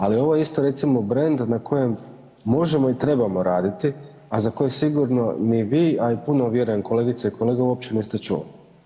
Ali ovo je isto recimo brend na kojem možemo i trebamo raditi, a za koji sigurno ni vi, a i puno vjerujem kolegica i kolega uopće niste čuli.